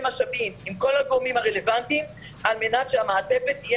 משאבים עם כל הגורמים הרלוונטיים על מנת שהמעטפת תהיה